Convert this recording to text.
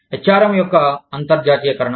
H R M యొక్క అంతర్జాతీయకరణ